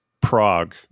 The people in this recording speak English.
Prague